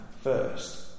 first